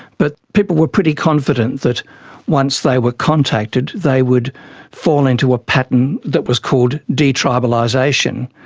but people were pretty confident that once they were contacted they would fall into a pattern that was called detribalisation,